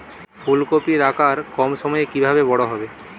ফুলকপির আকার কম সময়ে কিভাবে বড় হবে?